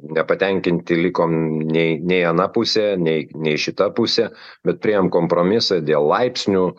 nepatenkinti likom nei nei ana pusė nei nei šita pusė bet priėjom kompromisą dėl laipsnių